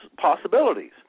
possibilities